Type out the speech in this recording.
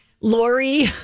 Lori